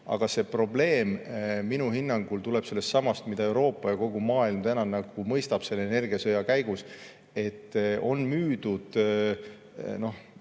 Aga see probleem minu hinnangul tuleb sellestsamast, mida Euroopa ja kogu maailm mõistab selle energiasõja käigus: on müüdud